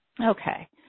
Okay